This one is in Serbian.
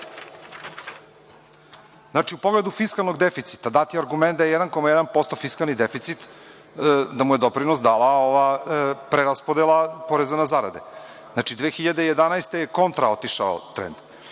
U pogledu fiskalnog deficita dati argument da je 1,1% fiskalni deficit, da mu je doprinos dala ova preraspodela poreza na zarade. Znači, 2011. godine je kontra otišao trend. Isto